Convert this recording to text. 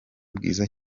bwiza